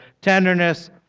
tenderness